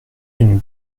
une